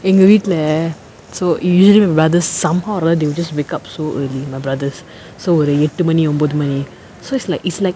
எங்க வீட்ல:enga veetla so usually my brothers somehow or rather they will just wake up so early my brothers so ஒரு எட்டு மணி ஒம்பது மணி:oru ettu mani ombathu mani so it's like it's like